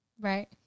right